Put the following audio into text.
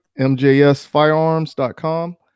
mjsfirearms.com